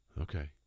Okay